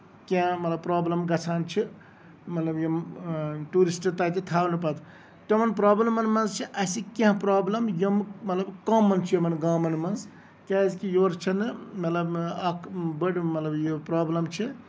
کیٚنٛہہ مطلب پروبلِم گژھان چھِ مطلب یِم ٹوٗرِسٹن تَتہِ تھاونہٕ پَتہٕ تمن پروبلِمن منٛز چھِ اَسہِ کیٚنٛہہ پروبلِم یِم مطلب کومَن چھِ یِمن گامَن منٛز کیازِ کہِ یورٕ چھےٚ نہٕ مطلب اکھ بٔڑ مطلب یہِ پروبلِم چھِ